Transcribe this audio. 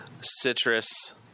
Citrus